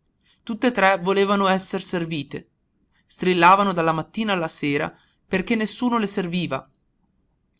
murate tutt'e tre volevano esser servite strillavano dalla mattina alla sera perché nessuno le serviva